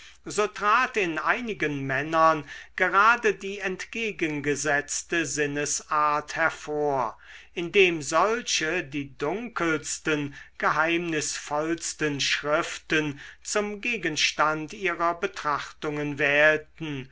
so trat in einigen männern gerade die entgegengesetzte sinnesart hervor indem solche die dunkelsten geheimnisvollsten schriften zum gegenstand ihrer betrachtungen wählten